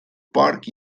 porc